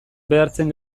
behartzen